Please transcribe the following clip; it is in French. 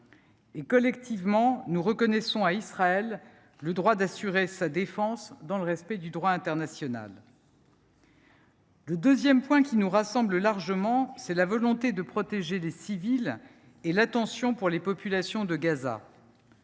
Collectivement, nous reconnaissons également à Israël le droit d’assurer sa défense dans le respect du droit international. Le deuxième point qui nous rassemble largement est la volonté de protéger les civils et l’attention portée aux populations de Gaza.